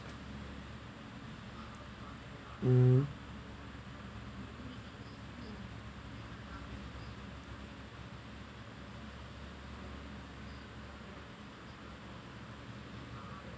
mm